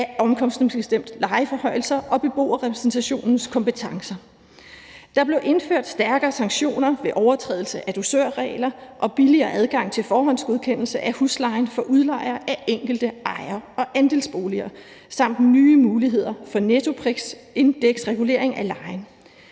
af omkostningsbestemte lejeforhøjelser og beboerrepræsentationens kompetencer. Der blev indført stærkere sanktioner ved overtrædelse af dursørregler og billigere adgang til forhåndsgodkendelse af huslejen for udlejere af enkelte ejer- og andelsboliger samt nye muligheder fra nettoprisindeksregulering af lejen.